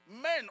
men